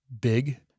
big